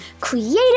creative